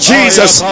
Jesus